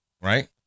right